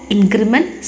Increment